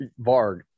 Varg